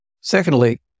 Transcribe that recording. Secondly